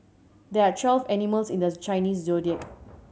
there are twelve animals in the Chinese Zodiac